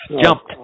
jumped